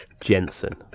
Jensen